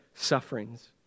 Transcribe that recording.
Sufferings